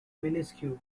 minuscule